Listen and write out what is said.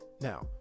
now